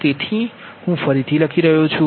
તેથી હું ફરીથી લખી રહ્યો છું